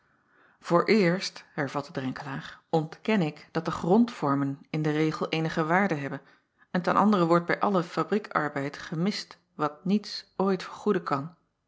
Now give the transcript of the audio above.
ooreerst hervatte renkelaer ontken ik dat de acob van ennep laasje evenster delen grondvormen in den regel eenige waarde hebben en ten andere wordt bij allen fabriekarbeid gemist wat niets ooit vergoeden kan